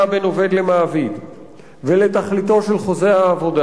בין עובד למעביד ולתכליתו של חוזה העבודה.